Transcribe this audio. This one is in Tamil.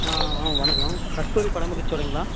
ஆ ஆ வணக்கம் கஸ்தூரி பழமுதிர் சோலைங்களா